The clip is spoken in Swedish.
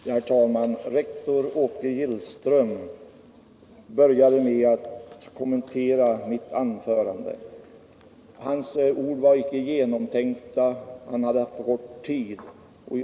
Herr talman! Rektor Åke Gillström började med att kommentera mitt anförande. Hans ord var icke genomtänkta — han hade haft för kort tid på sig.